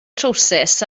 trowsus